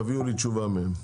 תביאו לי תשובה מהם.